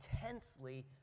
intensely